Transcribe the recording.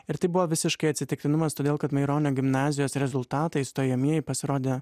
ir tai buvo visiškai atsitiktinumas todėl kad maironio gimnazijos rezultatai stojamieji pasirodė